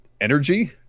energy